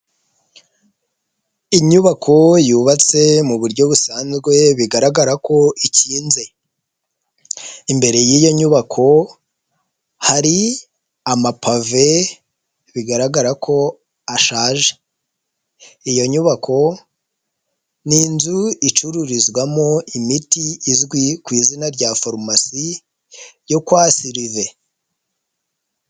Inyubako yubatse mu buryo busanzwe bigaragara ko ikinze, imbere y'iyo nyubako, hari amapave bigaragara ko ashaje, iyo nyubako, ni inzu icururizwamo imiti izwi ku izina rya farumasi, yo kwa silive.